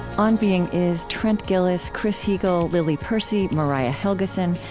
on being is trent gilliss, chris heagle, lily percy, mariah helgeson,